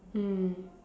mm